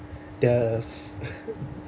the